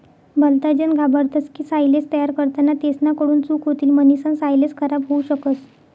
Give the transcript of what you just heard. भलताजन घाबरतस की सायलेज तयार करताना तेसना कडून चूक होतीन म्हणीसन सायलेज खराब होवू शकस